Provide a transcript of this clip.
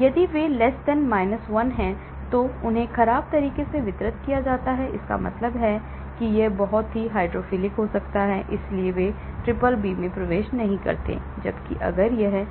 यदि वे 1 हैं तो उन्हें खराब तरीके से वितरित किया जाता है इसका मतलब है कि 1मतलब यह बहुत ही हाइड्रोफिलिक हो सकता है इसलिए वे BBB में प्रवेश नहीं करते हैं जबकि अगर यह